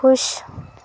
खुश